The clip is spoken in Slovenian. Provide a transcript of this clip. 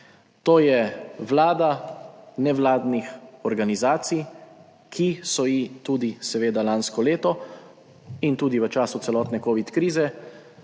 To je vlada nevladnih organizacij, ki so ji tudi seveda lansko leto in tudi v času celotne covid krize,